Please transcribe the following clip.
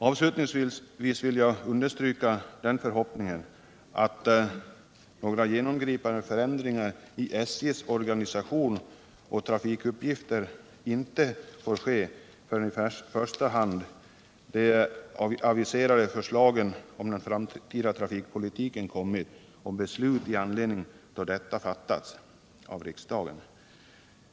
Avslutningsvis vill jag uttrycka förhoppningen att några genomgripande förändringar i SJ:s organisation och trafikuppgifter inte skall företas förrän i första hand de aviserade förslagen om den framtida trafikpolitiken kommit och beslut om dessa fattats av riksdagen.